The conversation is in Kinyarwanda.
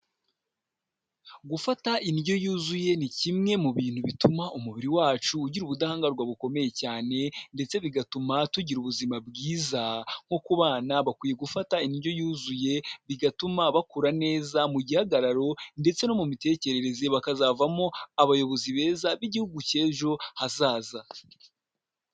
Gufata indyo yuzuye ni kimwe mu bintu bituma umubiri wacu ugira ubudahangarwa bukomeye cyane ndetse bigatuma tugira ubuzima bwiza. Nko ku bana bakwiye gufata indyo yuzuye bigatuma bakura neza mu gihagararo ndetse no mu mitekerereze, bakazavamo abayobozi beza b'igihugu cy'ejo hazaza.